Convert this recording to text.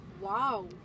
Wow